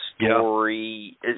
story